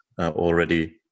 already